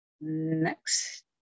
Next